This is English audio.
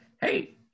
Hey